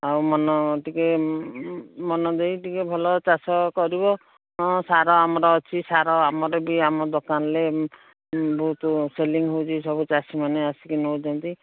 ଆଉ ମନ ଟିକେ ମନ ଦେଇ ଟିକେ ଭଲ ଚାଷ କରିବ ହଁ ସାର ଆମର ଅଛି ସାର ଆମର ବି ଆମ ଦୋକାନରେ ବହୁତ ସେଲିଂ ହେଉଛି ସବୁ ଚାଷୀମାନେ ଆସିକି ନେଉଛନ୍ତି